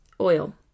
oil